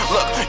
Look